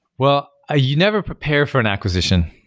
well, ah you never prepare for an acquisition.